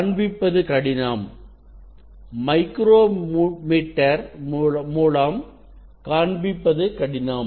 காண்பிப்பது கடினம் மைக்ரோமீட்டர் மூலம் காண்பிப்பது கடினம்